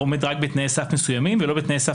עומד רק בתנאי סף מסוימים ולא בתנאי סף